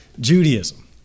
Judaism